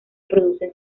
producen